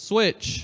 Switch